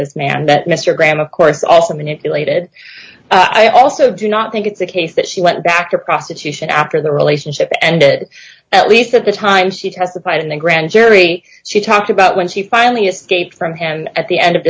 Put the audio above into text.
this man that mr graham of course also manipulated i also do not think it's a case that she went back to prostitution after the relationship ended at least at the time she testified in the grand jury she talked about when she finally escaped from him at the end of